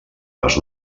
les